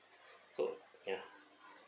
so ya